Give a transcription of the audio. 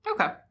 Okay